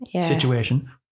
situation